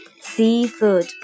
Seafood